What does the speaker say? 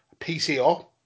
PCO